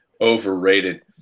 overrated